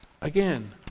Again